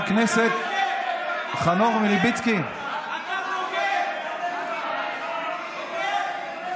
אתה בוגד, בוגד.